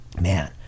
man